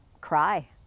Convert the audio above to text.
cry